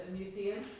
museum